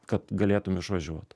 kad galėtum išvažiuot